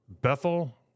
Bethel